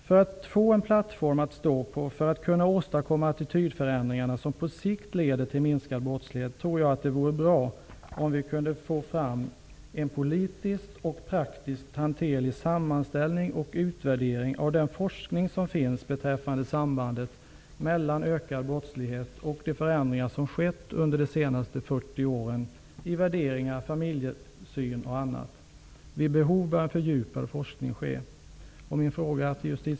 För att få en plattform att stå på och för att kunna åstadkomma attitydförändringar som på sikt leder till minskad brottslighet tror jag att det vore bra om vi kunde få fram en politiskt och praktiskt hanterlig sammanställning och utvärdering av den forskning som finns beträffande sambandet mellan ökad brottslighet och de förändringar som skett under de senaste 40 åren i värderingar, familjesyn osv. Vid behov bör en fördjupad forskning ske.